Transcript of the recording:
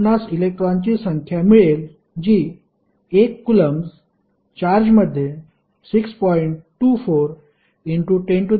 आपणास इलेक्ट्रॉनची संख्या मिळेल जी 1 कुलम्ब चार्जमध्ये 6